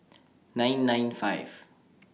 nine nine five